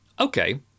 Okay